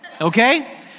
Okay